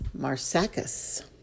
Marsacus